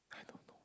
I don't know